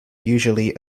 usually